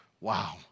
wow